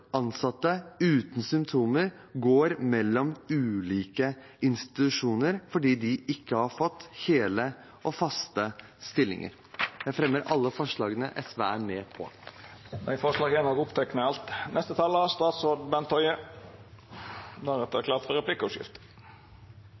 ansatte uten symptomer går mellom ulike institusjoner fordi de ikke har fått hele og faste stillinger. Jeg anbefaler alle forslagene SV er med på.